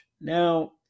now